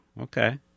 Okay